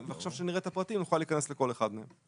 כשנראה עכשיו את הפרטים, נוכל להיכנס לכל אחד מהם.